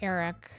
Eric